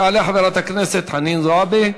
תעלה חברת הכנסת חנין זועבי,